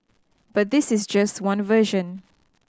but this is just one version